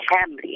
family